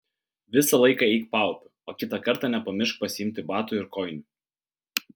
visą laiką eik paupiu o kitą kartą nepamiršk pasiimti batų ir kojinių